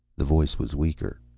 the voice was weaker.